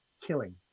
killing